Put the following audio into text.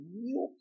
new